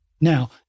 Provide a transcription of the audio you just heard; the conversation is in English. Now